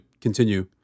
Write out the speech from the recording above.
continue